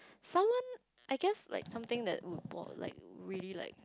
someone I guess like something that will like really like